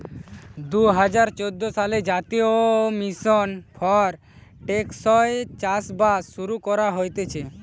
দুই হাজার চোদ্দ সালে জাতীয় মিশন ফর টেকসই চাষবাস শুরু করা হতিছে